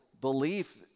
belief